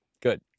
good